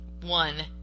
one